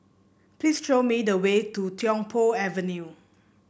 please show me the way to Tiong Poh Avenue